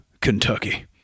kentucky